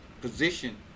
position